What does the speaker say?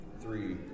three